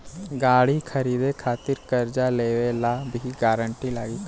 गाड़ी खरीदे खातिर कर्जा लेवे ला भी गारंटी लागी का?